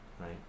right